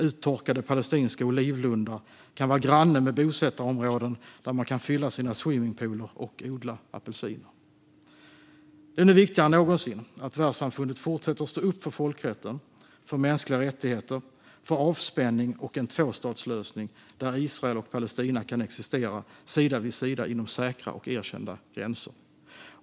Uttorkade palestinska olivlundar kan vara granne med bosättarområden där man kan fylla sina swimmingpooler och odla apelsiner. Det är nu viktigare än någonsin att världssamfundet fortsätter stå upp för folkrätten, mänskliga rättigheter, avspänning och en tvåstatslösning där Israel och Palestina kan existera sida vid sida inom säkra och erkända gränser.